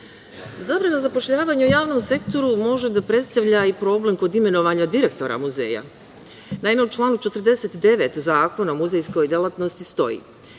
zapošljavanja u javnom sektoru može da predstavlja problem kod imenovanja direktora muzeja. Naime, u članu 49. Zakona o muzejskoj delatnosti stoji